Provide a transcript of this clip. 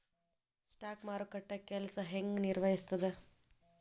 stock ಮಾರುಕಟ್ಟೆ ಕೆಲ್ಸ ಹೆಂಗ ನಿರ್ವಹಿಸ್ತದ